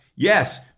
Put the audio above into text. Yes